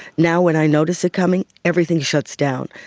now when i notice it coming, everything shuts down.